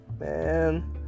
Man